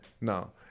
No